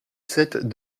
sept